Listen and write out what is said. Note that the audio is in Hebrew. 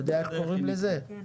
אנחנו